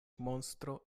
monstro